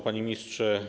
Panie Ministrze!